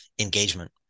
engagement